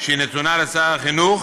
שנתונה לשר החינוך